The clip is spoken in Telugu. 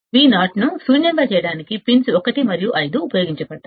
Vo ను శూన్యంగా సెట్ చేయడానికి పిన్స్ 1 మరియు 5 ఉపయోగించబడతాయి